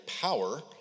power